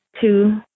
two